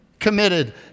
committed